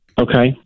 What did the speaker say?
Okay